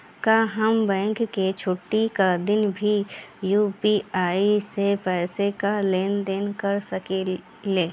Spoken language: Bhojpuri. का हम बैंक के छुट्टी का दिन भी यू.पी.आई से पैसे का लेनदेन कर सकीले?